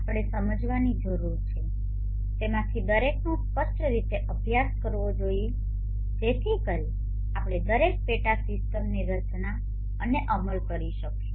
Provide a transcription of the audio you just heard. આપણે સમજવાની જરૂર છે તેમાંથી દરેકનો સ્પષ્ટ રીતે અભ્યાસ કરવો જોઈએ જેથી કરીને આપણે દરેક પેટા સિસ્ટમ્સની રચના અને અમલ કરી શકીશું